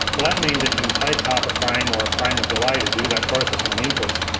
well that means it can take half a frame or a frame of delay to do that processing on the inputs.